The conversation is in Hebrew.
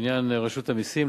בעניין רשות המסים,